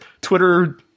Twitter